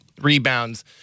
rebounds